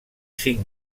cinc